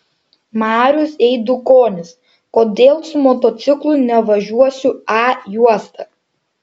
marius eidukonis kodėl su motociklu nevažiuosiu a juosta